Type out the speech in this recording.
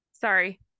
sorry